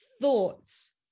thoughts